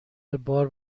بار